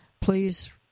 please